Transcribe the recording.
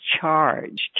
charged